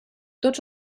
tots